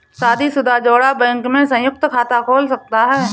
शादीशुदा जोड़ा बैंक में संयुक्त खाता खोल सकता है